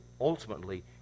ultimately